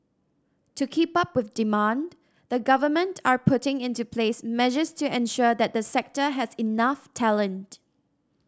to keep up with demand the government are putting into place measures to ensure that the sector has enough talent